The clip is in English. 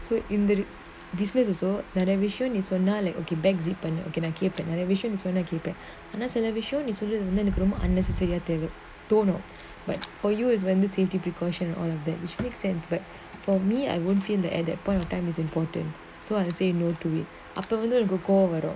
so in the business also நெறயவிஷயம்நீசொன்னாகேட்பேன்:neraya vishayam nee sonna nan ketpen but for you is no the safety precaution all of that which makes sense but for me I won't feel the at that point of time is important so I'd say no to it ultimately அப்போவந்துஎனக்குகோபம்வரும்:apo vandhu enaku kobam varum